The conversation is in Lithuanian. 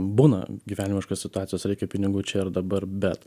būna gyvenimiškos situacijos reikia pinigų čia ir dabar bet